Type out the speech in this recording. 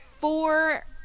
four